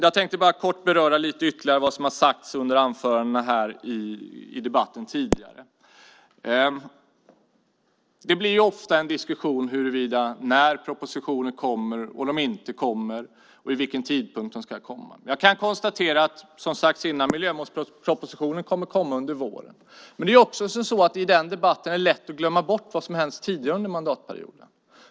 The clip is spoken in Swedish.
Jag tänkte bara kort beröra lite ytterligare vad som har sagts tidigare i debatten. Det blir ofta en diskussion om när propositioner kommer och inte kommer och vid vilken tidpunkt de ska komma. Jag kan konstatera, som sagts innan, att miljömålspropositionen kommer att komma under våren. Men i den debatten är det också lätt att glömma bort vad som har hänt tidigare under mandatperioden.